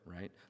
right